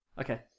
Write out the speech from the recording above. Okay